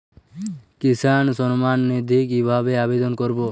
কিষান সম্মাননিধি কিভাবে আবেদন করব?